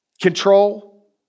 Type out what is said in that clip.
Control